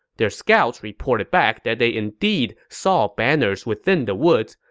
their scouts reported back that they indeed saw banners within the woods,